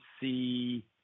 see